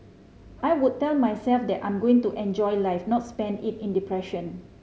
I would tell myself that I'm going to enjoy life not spend it in depression